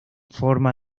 forma